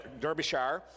Derbyshire